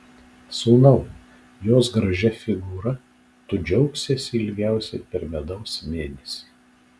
sūnau jos gražia figūra tu džiaugsiesi ilgiausiai per medaus mėnesį